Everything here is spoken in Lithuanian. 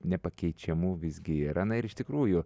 nepakeičiamų visgi yra na ir iš tikrųjų